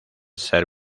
ser